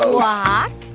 walk